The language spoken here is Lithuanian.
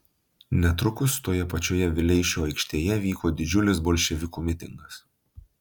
netrukus toje pačioje vileišio aikštėje vyko didžiulis bolševikų mitingas